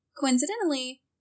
coincidentally